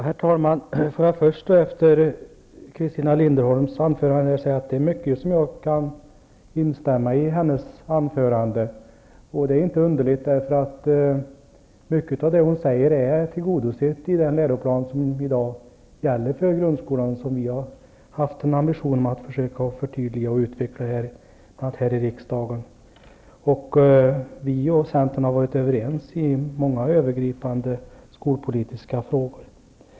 Herr talman! Jag kan instämma i mycket i Christina Linderholms anförande. Det är inte underligt, för mycket av det hon kräver är tillgodosett i den läroplan som i dag gäller för grundskolan och som vi har haft ambitionen att förtydliga och utveckla, bl.a. här i riksdagen. Vi och centern har varit överens i många övergripande skolpolitiska frågor.